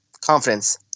Confidence